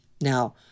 Now